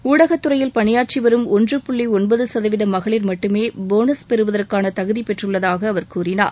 ஊடகத்துறையில் பணியாற்றி வரும் ஒன்று புள்ளி ஒன்பது சதவீத மகளிர் மட்டுமே போனஸ் பெறுவதற்கான தகுதி பெற்றுள்ளதாக அவர் கூறினார்